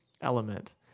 element